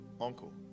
uncle